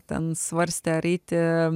ten svarstė ar eiti